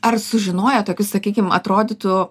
ar sužinoję tokius sakykim atrodytų